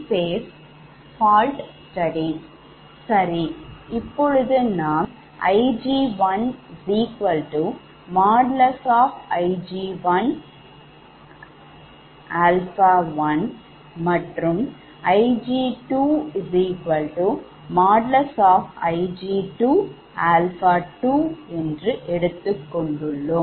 சரி இப்போது நாம் Ig1|Ig1|∠α1 மற்றும் Ig2|Ig2|∠α2 என்று எடுத்துக் கொண்டுள்ளோம்